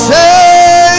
Say